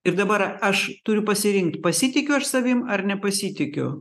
ir dabar aš turiu pasirinkt pasitikiu aš savim ar nepasitikiu